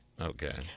Okay